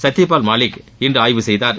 சத்தியபால் மாலிக் இன்று ஆய்வு செய்தார்